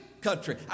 country